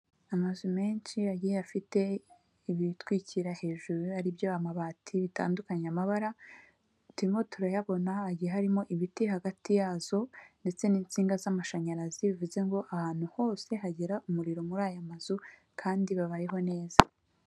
Amazu menshi agiye afite ibitwikira hejuru, ari byo amabati, bitandukanye amabara, turiimo turayabona, hagati harimo ibiti hagati yazo ndetse n'insinga z'amashanyarazi, bivuze ngo ahantu hose hagera umuriro muri aya mazu, kandi babayeho neza.